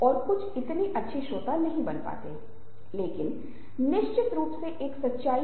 हर दिन सुबह से शाम तक हम विभिन्न प्रकार के लोगों के साथ संवाद करते हैं